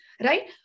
right